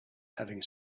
having